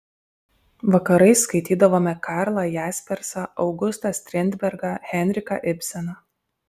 vakarais skaitydavome karlą jaspersą augustą strindbergą henriką ibseną